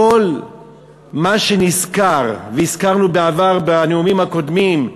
כל מה שנזכר, והזכרנו בעבר, בנאומים הקודמים,